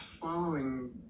following